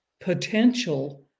potential